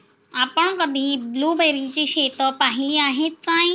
आपण कधी ब्लुबेरीची शेतं पाहीली आहेत काय?